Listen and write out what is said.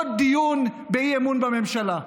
עוד דיון באי-אמון בממשלה.